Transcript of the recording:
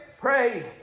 pray